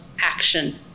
action